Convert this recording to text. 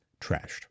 trashed